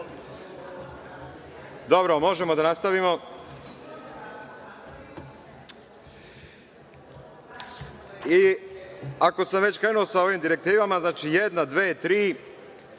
Dobro, možemo da nastavimo. Ako sam već krenuo sa ovim direktivama, znači, jedna, dve, tri